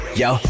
yo